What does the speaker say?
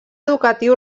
educatiu